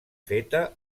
feta